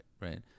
Right